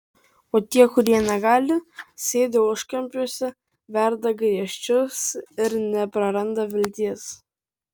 o tie kurie negali sėdi užkampiuose verda griežčius ir nepraranda vilties